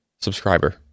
subscriber